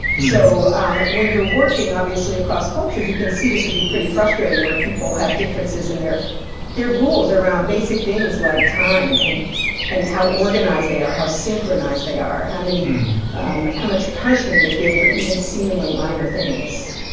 so um when you're working, obviously, across cultures, you can see this would be pretty frustrating where people have differences in their their rules around basic things like time and and how organized they are, how synchronized they are, how um much punishment they give for even seemingly minor things